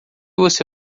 você